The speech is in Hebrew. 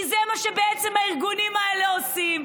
כי זה מה שבעצם הארגונים האלה עושים,